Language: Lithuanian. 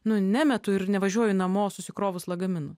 nu nemetu ir nevažiuoju namo susikrovus lagaminų